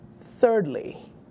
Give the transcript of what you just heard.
Thirdly